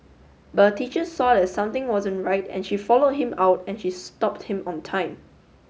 but a teacher saw that something wasn't right and she followed him out and she stopped him on time